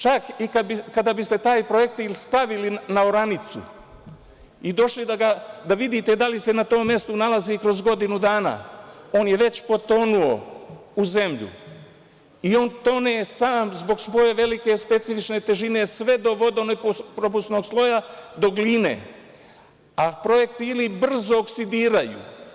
Čak i kada bi ste taj projektil stavili na oranicu i došli da vidite da li se na tom mestu nalazi kroz godinu dana, on je već potonuo u zemlju i on tone sam zbog svoje velike specifične težine, sve do vodo-nepropusnog sloja, do gline, a projektili brzo oksidiraju.